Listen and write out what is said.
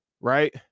right